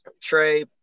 Trey